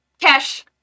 cash